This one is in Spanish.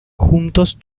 juntos